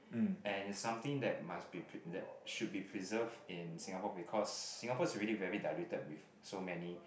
and it's something that must be pr~ that should be preserved in Singapore because Singapore is already very diluted with so many